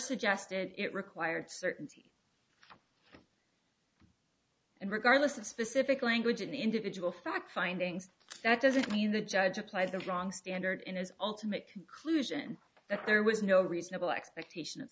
suggested it required certainty and regardless of specific language in individual fact findings that doesn't mean the judge applied the wrong standard in his ultimate conclusion that there was no reasonable expectation of